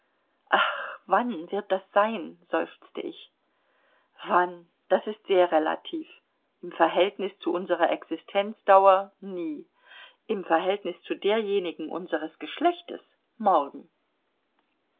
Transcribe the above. ach wann wird das sein seufzte ich wann das ist sehr relativ im verhältnis zu unserer existenzdauer nie im verhältnis zu derjenigen unseres geschlechtes morgen